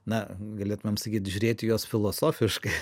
na galėtumėm sakyt žiūrėti į juos filosofiškai